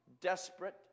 desperate